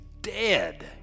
dead